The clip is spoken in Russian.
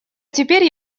теперь